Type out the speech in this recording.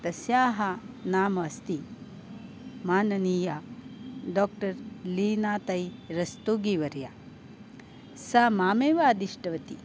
तस्याः नाम अस्ति माननीया डाक्टर् लीनातय् रस्तोगी वर्या सा मामेव आदिष्टवती